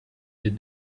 that